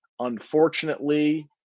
Unfortunately